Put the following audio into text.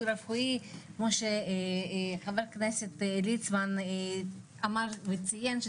רפואי כמו שחבר הכנסת ליצמן אמר וציין,